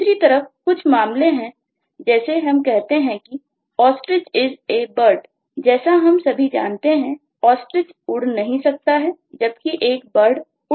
दूसरी तरफ कुछ मामले हैं जैसे हम कहते हैं कि Ostrich IS A Bird जैसा हम सभी जानते हैं कि Ostrich उड़ नहीं सकता है जबकि एक Bird उड़ सकता है